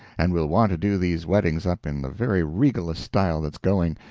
and we'll want to do these weddings up in the very regalest style that's going.